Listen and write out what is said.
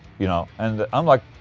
you know, and i'm like.